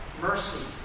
mercy